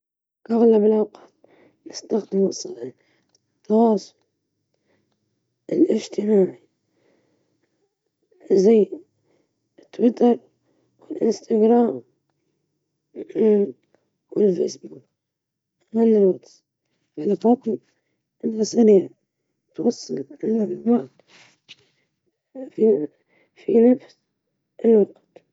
أستخدم وسائل التواصل الاجتماعي للحصول على الأخبار بشكل سريع وفعال، بالإضافة إلى متابعة بعض المواقع الإخبارية.